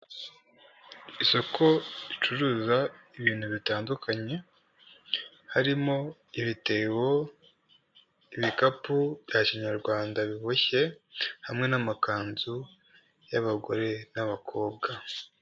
Isoko ricuruza ibintu bitandukanye, harimo ibitebo, ibikapu bya kinyarwanda biboshye hamwe n'amakanzu y'abagore n'abakobwa.